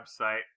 website